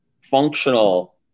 functional